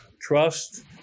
Trust